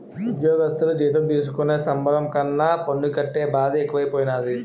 ఉజ్జోగస్థులు జీతం తీసుకునే సంబరం కన్నా పన్ను కట్టే బాదే ఎక్కువైపోనాది